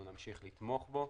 אנחנו נמשיך לתמוך בו.